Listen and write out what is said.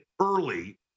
early